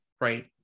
Right